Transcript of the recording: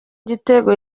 igitego